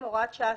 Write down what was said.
(הוראת שעה),